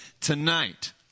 tonight